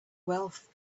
wealth